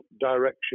direction